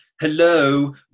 hello